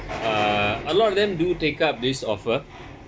uh a lot of them do take up this offer